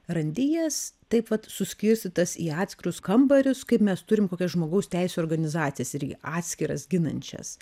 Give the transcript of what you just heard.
randi jas taip vat suskirstytas į atskirus kambarius kaip mes turime kokias žmogaus teisių organizacijas irgi atskiras ginančias